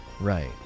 Right